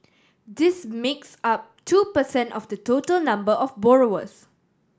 this makes up two per cent of the total number of borrowers